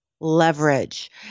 Leverage